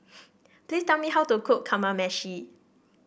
please tell me how to cook Kamameshi